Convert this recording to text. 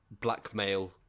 blackmail